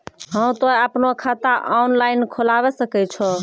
हाँ तोय आपनो खाता ऑनलाइन खोलावे सकै छौ?